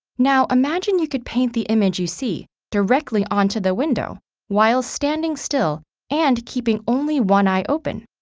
now, imagine you could paint the image you see directly onto the window while standing still and keeping only one eye open.